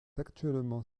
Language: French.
actuellement